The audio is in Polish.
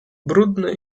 brudny